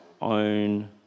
own